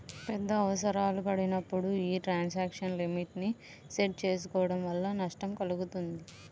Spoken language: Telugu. పెద్ద అవసరాలు పడినప్పుడు యీ ట్రాన్సాక్షన్ లిమిట్ ని సెట్ చేసుకోడం వల్ల నష్టం కల్గుతుంది